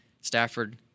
Stafford